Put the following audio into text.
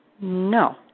No